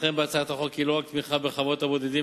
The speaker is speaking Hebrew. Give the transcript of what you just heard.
תמיכתכם בהצעת החוק היא לא רק תמיכה בחוות הבודדים,